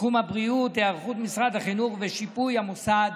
תחום הבריאות, היערכות משרד החינוך ושיפוי המוסד